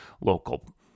local